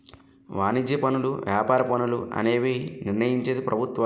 వాణిజ్య పనులు వ్యాపార పన్నులు అనేవి నిర్ణయించేది ప్రభుత్వాలు